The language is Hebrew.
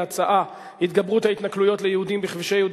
ההצעה: התגברות ההתנכלויות ליהודים בכבישי יהודה